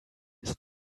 ist